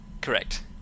Correct